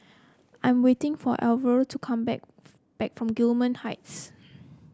I am waiting for Alver to come back back from Gillman Heights